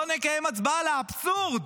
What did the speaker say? לא נקיים הצבעה על האבסורד.